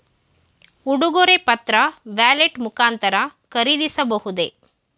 ಉಡುಗೊರೆ ಪತ್ರ ವ್ಯಾಲೆಟ್ ಮುಖಾಂತರ ಖರೀದಿಸಬಹುದೇ?